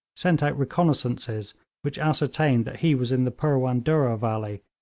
sent out reconnaissances which ascertained that he was in the purwan durrah valley,